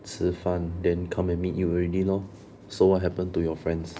吃饭 then come and meet you already lor so what happen to your friends